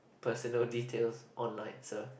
personal details online itself